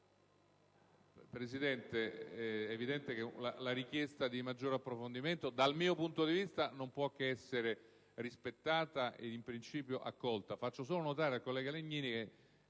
Presidente, è evidente che la richiesta di maggior approfondimento, dal mio punto di vista, non può che essere rispettata e in principio accolta.